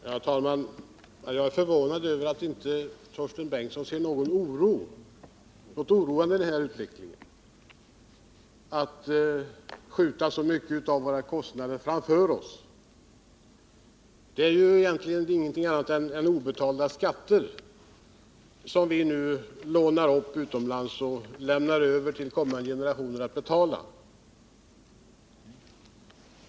Herr talman! Jag är förvånad över att Torsten Bengtson inte hyser någon oro inför den här utvecklingen — att vi skjuter så mycket av våra kostnader framför oss. Det är ju egentligen ingenting annat än obetalda skatter som vi nu lånar upp utomlands och lämnar över till kommande generationer att betala.